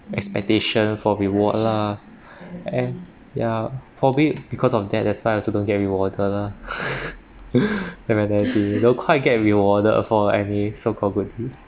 expectation for reward lah and ya probably because of that that's why I also don't get rewarded lah the mentality you'll quite get rewarded for any so called good deed